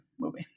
movie